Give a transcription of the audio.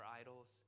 idols